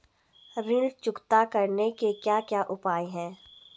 ऋण चुकता करने के क्या क्या उपाय हैं?